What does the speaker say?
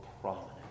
prominent